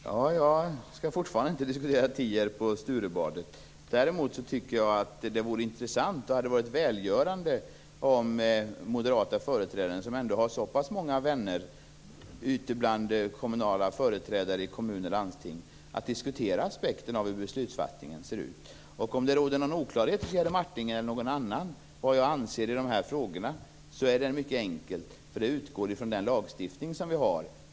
Herr talman! Jag skall fortfarande inte diskutera Tierp och Sturebadet. Däremot tycker jag att det vore intressant och att det hade varit välgörande om den moderata företrädaren, som ändå har så pass många vänner ute bland kommunala företrädare i kommuner och landsting, diskuterade aspekterna på hur beslutsfattningen ser ut. Om det råder någon oklarhet hos Jerry Martinger eller någon annan om vad jag anser i de här frågorna så är det hela mycket enkelt. Min åsikt utgår från den lagstiftning vi har.